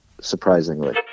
surprisingly